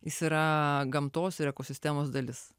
jis yra gamtos ir ekosistemos dalis